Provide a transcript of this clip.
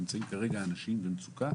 האנשים הללו נמצאים במצוקה